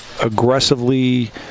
aggressively